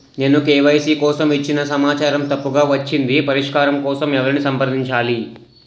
నేను కే.వై.సీ కోసం ఇచ్చిన సమాచారం తప్పుగా వచ్చింది పరిష్కారం కోసం ఎవరిని సంప్రదించాలి?